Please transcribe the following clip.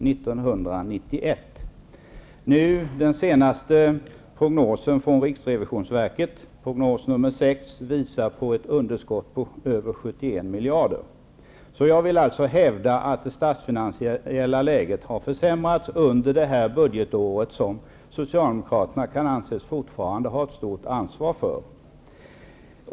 Enligt den senaste prognosen, nr 6, från riksrevisionsverket blir underskottet över 71 miljarder kronor. Jag vill alltså hävda att det statsfinansiella läget har försämrats under det här budgetåret, som Socialdemokraterna kan anses fortfarande ha stort ansvar för.